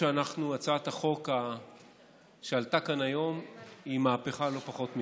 הצעת החוק שעלתה כאן היום היא מהפכה, לא פחות מזה.